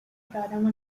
programa